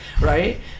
right